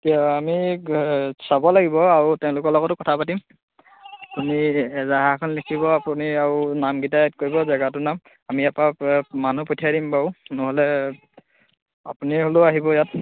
আমি চাব লাগিব আৰু তেওঁলোক লগতো কথা পাতিম আপুনি এজাহাৰ এখন লিখিব আপুনি আৰু নামকিটা এড কৰিব জেগাটো নাম আমি ইয়াৰ পৰা মানুহ পঠিয়াই দিম বাৰু নহ'লে আপুনি হ'লও আহিব ইয়াত